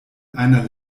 einer